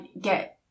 get